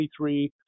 23